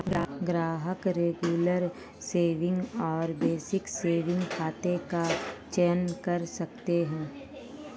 ग्राहक regular saving और basic saving खाता का चयन कर सकते है